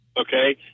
okay